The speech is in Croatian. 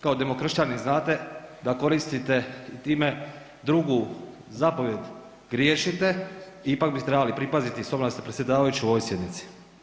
Kao demokršćanin znate da koristite ime drugu zapovijed griješite i ipak bi trebali pripaziti s obzirom da ste predsjedavajući u ovoj sjednici.